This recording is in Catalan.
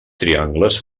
triangles